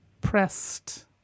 pressed